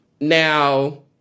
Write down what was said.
Now